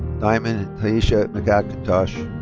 diamond tyesha mcintosh.